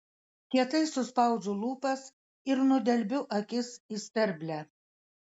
kietai suspaudžiu lūpas ir nudelbiu akis į sterblę